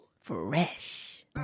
Fresh